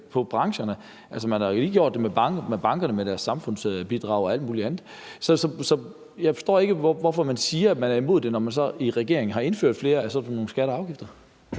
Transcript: på brancherne? Man har lige gjort det med bankerne med deres samfundsbidrag og alt muligt andet. Så jeg forstår ikke, hvorfor man siger, at man er imod det, når man så i regeringen har indført flere af sådan nogle